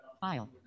file